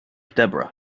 deborah